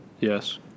Yes